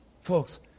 folks